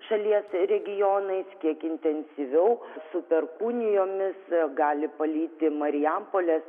šalies regionais kiek intensyviau su perkūnijomis gali palyti marijampolės